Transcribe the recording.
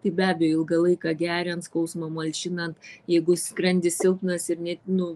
tai be abejo ilgą laiką geriant skausmą malšinant jeigu skrandis silpnas ir net nu